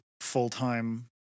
full-time